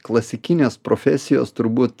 klasikinės profesijos turbūt